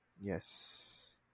Yes